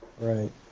Right